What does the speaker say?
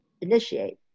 initiate